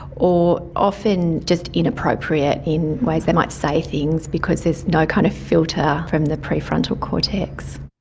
or often just inappropriate in ways they might say things because there's no kind of filter from the pre-frontal cortex.